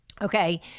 Okay